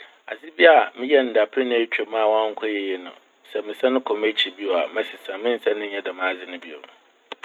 Adze bi a meyɛɛ no dapɛn a etwam a ɔannkɔ yie no, sɛ mesan mokɔ m'ekyir bio a mɛsesan. Mennsan nnyɛ dɛm adze n' bio.